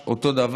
חש אותו דבר,